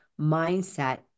mindset